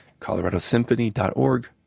coloradosymphony.org